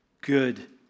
good